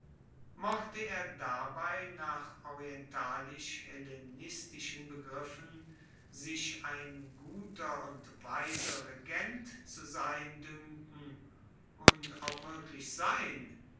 mochte er dabei nach orientalisch hellenistischen begriffen sich ein guter und weiser regent zu sein duenken und auch wirklich sein